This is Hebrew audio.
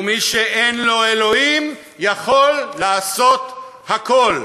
ומי שאין לו אלוהים יכול לעשות הכול.